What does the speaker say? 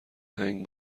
هنگ